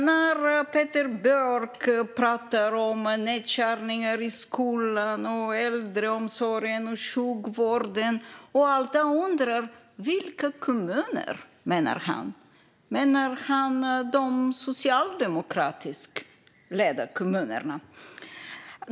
När Peder Björk pratar om nedskärningar i skolor, äldreomsorg och sjukvård, vilka kommuner menar han då? Menar han de socialdemokratiskt ledda kommunerna?